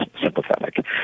sympathetic